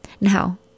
Now